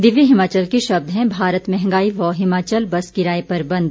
दिव्य हिमाचल के शब्द हैं भारत महंगाई व हिमाचल बस किराये पर बंद